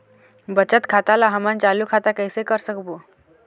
बचत खाता ला हमन चालू खाता कइसे कर सकबो?